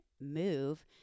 move